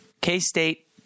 K-State